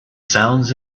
sounds